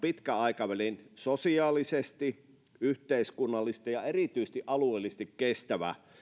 pitkän aikavälin sosiaalisesti yhteiskunnallisesti ja erityisesti alueellisesti kestävä